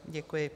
Děkuji.